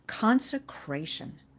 Consecration